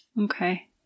Okay